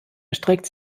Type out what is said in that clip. erstreckt